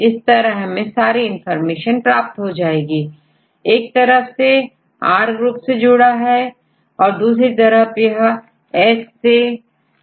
इस तरह हमें सारी इनफार्मेशन प्राप्त हो जा रही है एमिनो एसिड साइडNH2 यहCalpha है अबCOOH लिखा है यह एमिनो टर्मिनल याN टर्मिनल कहलाता है